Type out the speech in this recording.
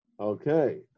Okay